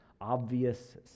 obvious